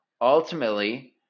Ultimately